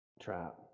trap